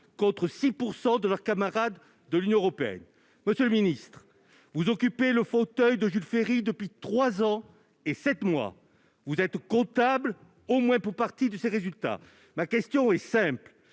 contre 6 % de leurs camarades de l'Union européenne ... Monsieur le ministre, vous occupez le fauteuil de Jules Ferry depuis trois ans et sept mois : vous êtes comptable, au moins pour partie, de ces résultats. Comment